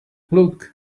look